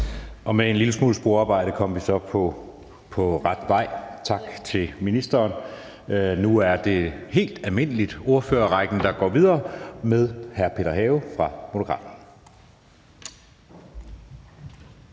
Med en lille smule sporarbejde kom vi så på ret vej. Tak til ministeren. Nu er det helt almindeligt ordførerrækken, der går videre med hr. Peter Have fra Moderaterne.